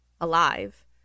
alive